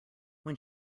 when